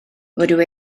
rydw